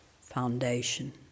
foundation